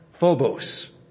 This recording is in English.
Phobos